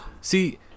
see